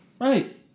Right